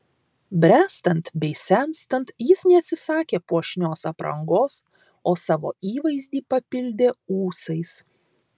bręstant bei senstant jis neatsisakė puošnios aprangos o savo įvaizdį papildė ūsais